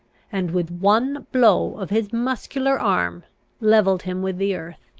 and with one blow of his muscular arm levelled him with the earth.